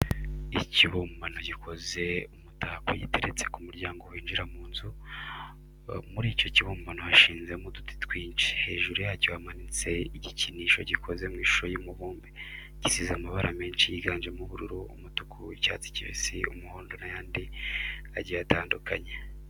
Ikibumbano gikoze umutako giteretse ku muryango winjira mu nzu, muri icyo kibumbano hashinzemo uduti twinshi, hejuru yacyo hamanitse igikinisho gikoze mu ishusho y'umubumbe. Gisize amabara menshi yiganjemo ubururu, umutuku, icyatsi kibisi, umuhondo n'ayandi agiye atandukanye.